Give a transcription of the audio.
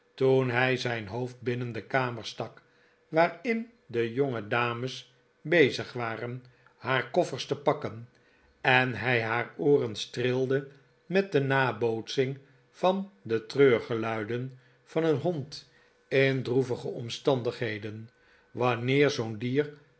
toen hij zijn hoofd binnen de kamer stak waarin de jongedames bezig waren haar koffers te pakken en hij haar ooren streelde met de nabootsing van de treurgeluiden van een hond in droevige omstandigheden wanneer zoo'n dier